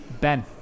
Ben